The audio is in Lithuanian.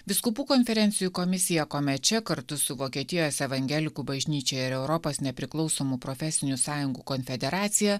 vyskupų konferencijų komisija comece kartu su vokietijos evangelikų bažnyčia ir europos nepriklausomų profesinių sąjungų konfederacija